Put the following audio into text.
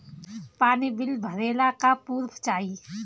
पानी बिल भरे ला का पुर्फ चाई?